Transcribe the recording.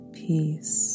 peace